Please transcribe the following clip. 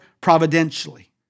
providentially